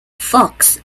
fox